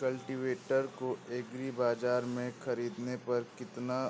cultivator को agri bazaar से ख़रीदने पर कितना